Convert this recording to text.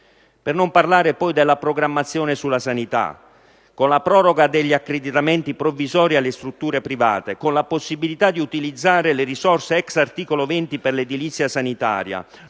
Per non parlare poi della programmazione sulla sanità. Con la proroga degli accreditamenti provvisori alle strutture private, con la possibilità di utilizzare le risorse *ex* articolo 20 per l'edilizia sanitaria